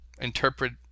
interpret